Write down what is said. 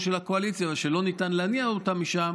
של הקואליציה ושלא ניתן להניא אותה משם,